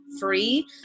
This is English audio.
free